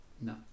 No